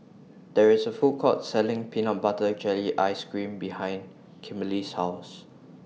There IS A Food Court Selling Peanut Butter Jelly Ice Cream behind Kimberly's House